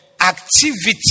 activity